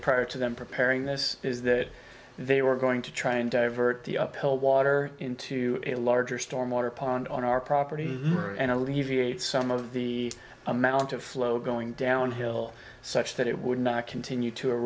prior to them preparing this is that they were going to try and divert the uphill water into a larger storm water pond on our property and alleviate some of the amount of flow going downhill such that it would not continue to